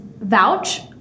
vouch